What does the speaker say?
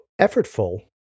effortful